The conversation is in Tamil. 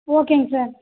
ஓகேங்க சார்